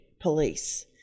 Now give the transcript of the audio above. police